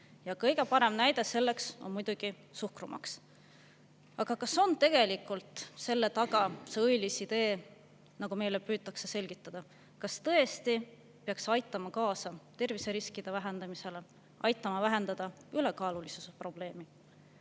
Ja kõige parem näide sellest on muidugi suhkrumaks. Aga kas on tegelikult selle taga see õilis idee, nagu meile püütakse selgitada? Kas tõesti peaks see aitama kaasa terviseriskide vähendamisele, aitama vähendada ülekaalulisuse probleemi?